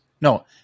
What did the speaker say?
no